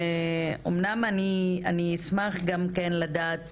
אמנם אני אשמח לדעת